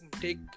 take